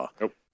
Nope